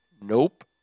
Nope